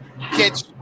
catch